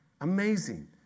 Amazing